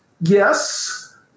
yes